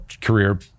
career